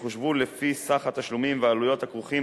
שיחושבו לפי סך התשלומים והעלויות הכרוכים